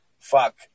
fuck